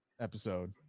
episode